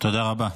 תודה רבה.